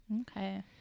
Okay